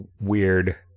weird